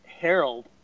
Harold